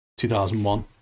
2001